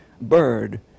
bird